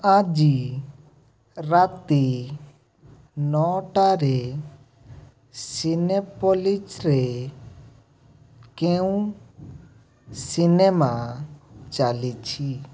ଆଜି ରାତି ନଅଟାରେ ସିନେପୋଲିଜ୍ରେ କେଉଁ ସିନେମା ଚାଲିଛି